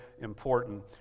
important